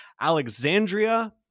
Alexandria